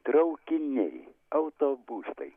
traukiniai autobusai